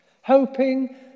hoping